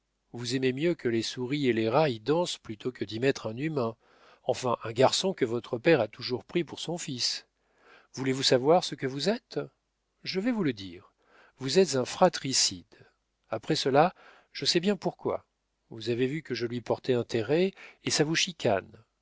vous aimez mieux que les souris et les rats y dansent plutôt que d'y mettre un humain enfin un garçon que votre père a toujours pris pour son fils voulez-vous savoir ce que vous êtes je vais vous le dire vous êtes un fratricide après cela je sais bien pourquoi vous avez vu que je lui portais intérêt et ça vous chicane